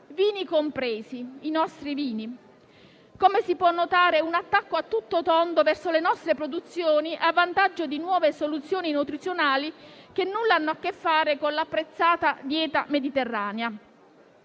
vini compresi, i nostri vini. Come si può notare, è un attacco a tutto tondo verso le nostre produzioni a vantaggio di nuove soluzioni nutrizionali che nulla hanno a che fare con l'apprezzata dieta mediterranea.